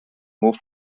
hof